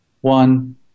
one